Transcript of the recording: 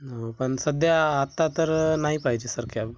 हो पण सध्या आत्ता तर नाही पाहिजे सर कॅब